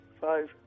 Five